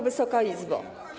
Wysoka Izbo!